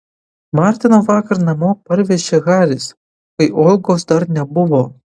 martiną vakar namo parvežė haris kai olgos dar nebuvo